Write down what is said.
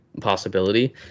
possibility